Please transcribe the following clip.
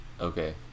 okay